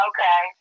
Okay